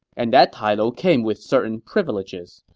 and that title came with certain privileges,